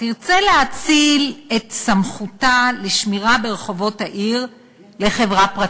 תרצה להאציל את סמכותה לשמור ברחובות העיר לחברה פרטית,